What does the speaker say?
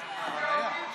דיבור.